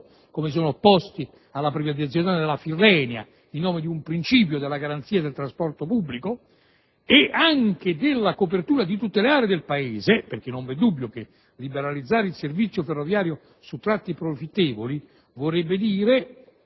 come si sono opposte alla privatizzazione della Tirrenia in nome di un principio della garanzia del trasporto pubblico e anche della copertura di tutte le aree del Paese, perché non v'è dubbio che liberalizzare il servizio ferroviario su tratte profittevoli, quelle che